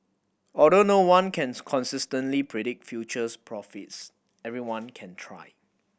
although no one can consistently predict futures profits everyone can try